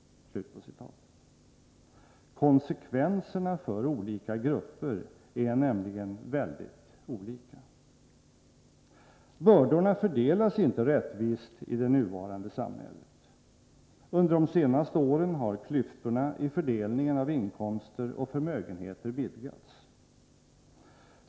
Konsekvenserna för olika grupper är nämligen väldigt olika! Bördorna fördelas inte rättvist i det nuvarande samhället. Under de senaste åren har klyftorna i fördelningen av inkomster och förmögenheter vidgats.